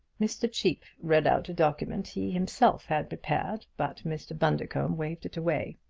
mr. cheape read out a document he himself had prepared, but mr. bundercombe waved it away.